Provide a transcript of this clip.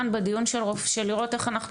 בדיון הזה אנחנו מנסים לראות איך אנחנו